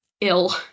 ill